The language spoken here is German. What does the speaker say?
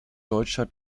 deutscher